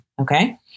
Okay